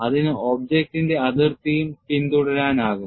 ഇതിന് ഒബ്ജക്റ്റിന്റെ അതിർത്തിയും പിന്തുടരാനാകും